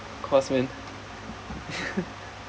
of course man